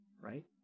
Right